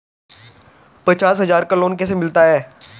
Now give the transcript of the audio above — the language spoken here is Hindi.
पचास हज़ार का लोन कैसे मिलता है?